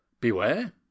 Beware